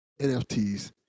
NFTs